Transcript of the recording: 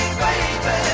baby